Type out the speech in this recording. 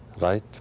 Right